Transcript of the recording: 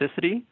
toxicity